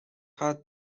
had